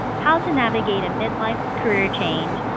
how to navigate a mid-life career change,